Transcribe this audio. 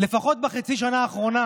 לפחות בחצי שנה האחרונה,